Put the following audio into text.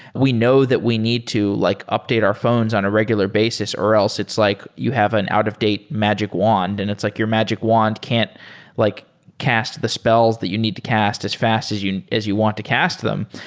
we know that we need to like update our phones on a regular basis or else it's like you have an out-of-date magic wand and it's like your magic wand can't like cast the spells that you need to cast as fast as you as you want to cast them.